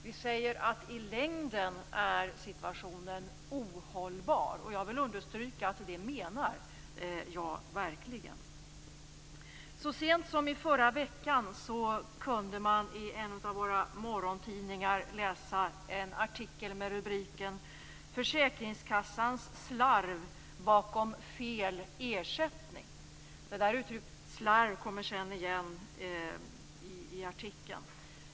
Vi säger att situationen är ohållbar i längden. Jag vill understryka att jag verkligen menar det. Så sent som i förra veckan kunde man i en av våra morgontidningar läsa en artikel med rubriken Uttrycket "slarv" kommer igen i artikeln.